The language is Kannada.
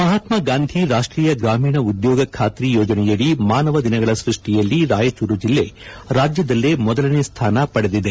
ಮಹಾತ್ಮ ಗಾಂಧಿ ರಾಷ್ಟೀಯ ಗ್ರಾಮೀಣ ಉದ್ಯೋಗ ಖಾತ್ರಿ ಯೋಜನೆಯಡಿ ಮಾನವ ದಿನಗಳ ಸೃಷ್ಟಿಯಲ್ಲಿ ರಾಯಚೂರು ಜೆಲ್ಲೆ ರಾಜ್ಯದಲ್ಲೇ ಮೊದಲನೇ ಸ್ವಾನ ಪಡೆದಿದೆ